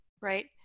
right